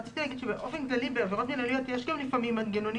רציתי לומר שבאופן כללי בעבירות מינהליות יש גם לפעמים מנגנונים